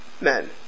men